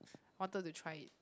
wanted to try it